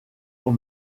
aux